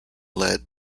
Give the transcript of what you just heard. led